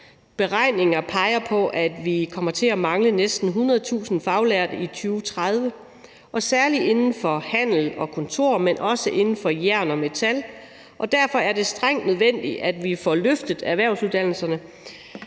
Beregninger peger på, at vi kommer til at mangle næsten 100.000 faglærte i 2030, særlig inden for handel og kontor, men også inden for jern og metal, og derfor er det strengt nødvendigt, at vi får løftet erhvervsuddannelserne.